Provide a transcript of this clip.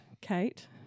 Kate